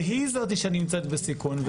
והיא זאת שנמצאת בסיכון.